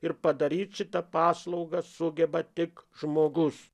ir padaryt šitą paslaugą sugeba tik žmogus